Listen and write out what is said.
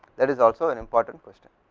that is also an important question,